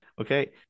Okay